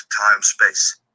time-space